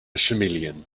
chameleon